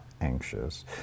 Anxious